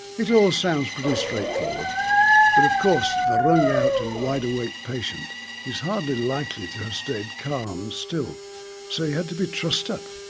it all sounds pretty straight forward but of course the wrung out and wide awake patient is hardly likely to have stayed calm and still so he had to be trussed up.